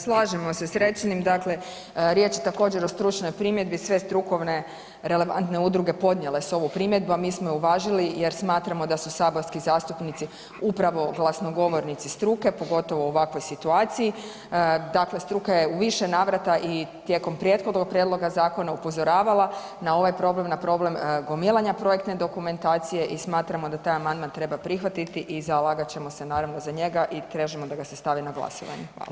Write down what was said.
Slažemo se s rečenim, dakle riječ je također o stručnoj primjedbi sve strukovne relevantne udruge podnijele su ovu primjedbu, a mi smo je uvažili jer smatramo da su saborski zastupnici upravo glasnogovornici struke, pogotovo u ovakvoj situaciji, dakle struka je u više navrata i tijekom prethodnog prijedloga zakona upozoravala na ovaj problem, problem gomilanja projektne dokumentacije i smatramo da taj amandman treba prihvatiti i zalagat ćemo se naravno za njega i tražimo da ga se stavimo na glasovanje.